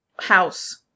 house